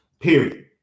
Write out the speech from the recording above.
period